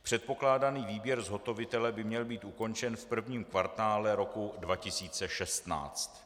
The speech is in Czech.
Předpokládaný výběr zhotovitele by měl být ukončen v prvním kvartále roku 2016.